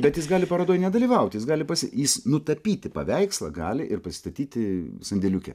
bet jis gali parodoj nedalyvauti jis gali pasi jis nutapyti paveikslą gali ir pasistatyti sandėliuke